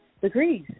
degrees